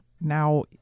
now